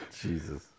Jesus